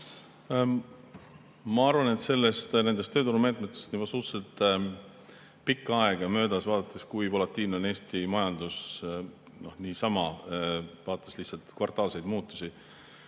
Ma arvan, et nendest tööturumeetmetest on juba suhteliselt pikka aega möödas, vaadates, kui volatiilne on Eesti majandus niisama, vaadates lihtsalt kvartaalseid muutusi.